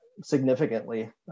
significantly